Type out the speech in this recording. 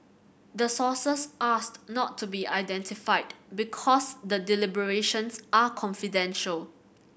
the sources asked not to be identified because the deliberations are confidential